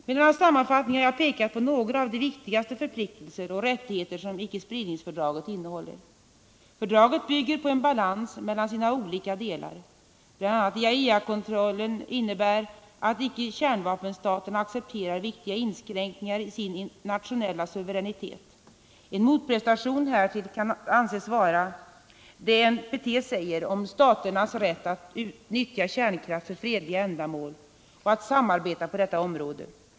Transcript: Med denna sammanfattning har jag pekat på några av de viktigaste förpliktelser och rättigheter som icke-spridningsfördraget innehåller. Fördraget bygger på en balans mellan sina olika delar. Bl.a. IAEA kontrollen innebär att icke-kärnvapenstaterna accepterar viktiga inskränkningari sin nationella suveränitet. En motprestation härtill kan anses vara det NPT säger om staternas rätt att nyttja kärnkraft för fredliga ändamål och att samarbeta på detta område.